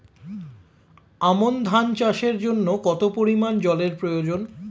আমন ধান চাষের জন্য কত পরিমান জল এর প্রয়োজন?